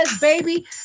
baby